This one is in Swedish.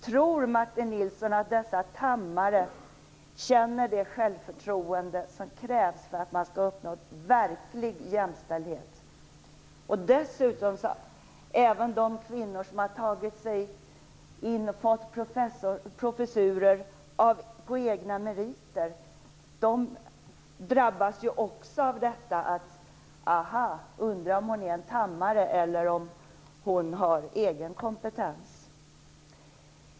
Tror Martin Nilsson att dessa "Tham-are" känner det självförtroende som krävs för att de skall uppnå verklig jämställdhet? Även de kvinnor som har tagit sig in och fått professurer på egna meriter drabbas av detta. Undrar om hon är en "Tham-are" eller om hon har egen kompetens?